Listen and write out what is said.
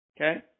Okay